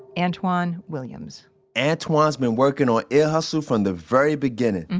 antwan williams antwan's been working on ear hustle from the very beginning,